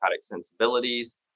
sensibilities